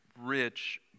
rich